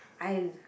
I